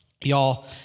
Y'all